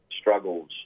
struggles